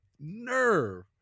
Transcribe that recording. nerve